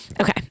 Okay